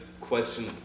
question